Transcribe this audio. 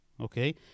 Okay